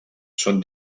són